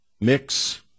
mix